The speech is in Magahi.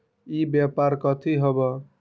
ई व्यापार कथी हव?